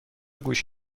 گوش